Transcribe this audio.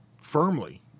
firmly